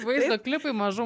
vaizdo klipui mažų